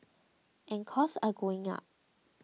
and costs are going up